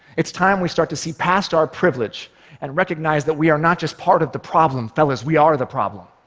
it's time we start to see past our privilege and recognize that we are not just part of the problem. fellas, we are the problem.